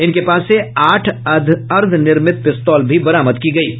इनके पास से आठ अर्द्वनिर्मित पिस्तौल भी बरामद की गयी है